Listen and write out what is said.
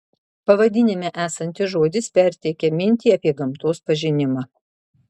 pavadinime esantis žodis perteikia mintį apie gamtos pažinimą